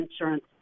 insurance